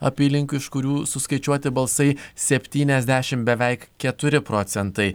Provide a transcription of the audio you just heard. apylinkių iš kurių suskaičiuoti balsai septyniasdešimt beveik keturi procentai